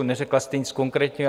Neřekla jste nic konkrétního.